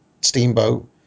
Steamboat